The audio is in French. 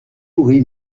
pourri